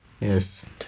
Yes